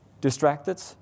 distracted